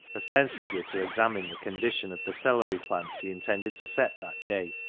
ostensibly to examine the condition of the celery plants he intended to set that day,